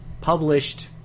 published